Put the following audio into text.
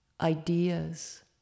ideas